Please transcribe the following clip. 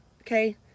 Okay